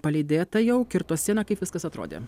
palydėta jau kirto sieną kaip viskas atrodė